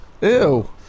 Ew